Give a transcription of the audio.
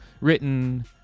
Written